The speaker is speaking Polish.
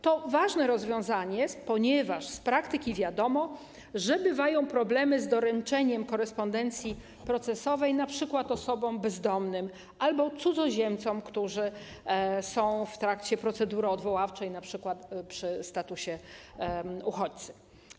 To ważne rozwiązanie, ponieważ z praktyki wiadomo, że bywają problemy z doręczeniem korespondencji procesowej np. osobom bezdomnym albo cudzoziemcom, którzy są w trakcie procedury odwoławczej, np. przy uzyskaniu statusu uchodźcy.